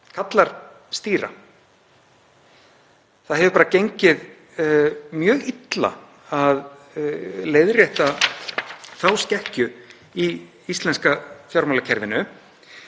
karlar stýra. Það hefur gengið mjög illa að leiðrétta þá skekkju í íslenska fjármálakerfinu.